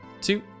Two